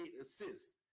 assists